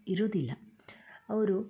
ಇರುದಿಲ್ಲ ಅವರು